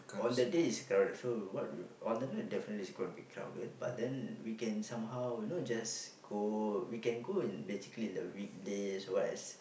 on the day is crowded so what we on the night definitely is going be to crowded but then we can somehow you know just go we can go in basically in the weekdays or what as